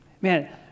Man